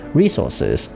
resources